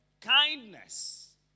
Kindness